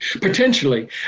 Potentially